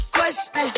Question